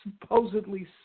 supposedly